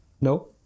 No